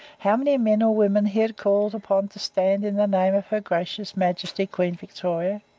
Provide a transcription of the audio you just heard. how many men or women he had called upon to stand in the name of her gracious majesty queen victoria,